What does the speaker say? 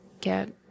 get